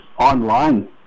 online